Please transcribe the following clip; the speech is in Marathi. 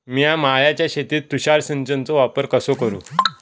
मिया माळ्याच्या शेतीत तुषार सिंचनचो वापर कसो करू?